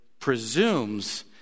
presumes